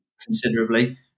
considerably